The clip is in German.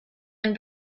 ein